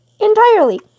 entirely